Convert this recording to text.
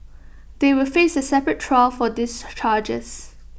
they will face A separate trial for these charges